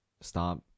stop